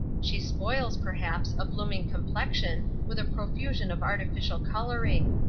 she spoils, perhaps, a blooming complexion with a profusion of artificial coloring,